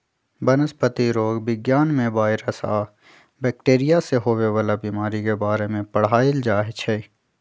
वनस्पतिरोग विज्ञान में वायरस आ बैकटीरिया से होवे वाला बीमारी के बारे में पढ़ाएल जाई छई